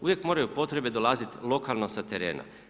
Uvijek moraju potrebe dolaziti lokalno sa terena.